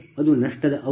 ಅದು ನಷ್ಟದ ಅವಧಿ